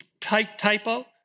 typo